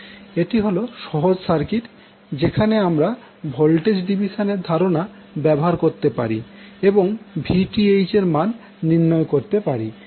এটি হল সহজ সার্কিট যেখানে আমরা ভোল্টেজ ডিভিশনের ধারনা ব্যবহার করতে পারি এবং Vth এর মান নির্ণয় করতে পারি